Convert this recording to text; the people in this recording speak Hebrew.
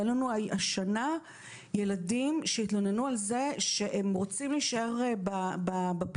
היו לנו השנה ילדים שהתלוננו על זה שהם רוצים להישאר בפנימיות,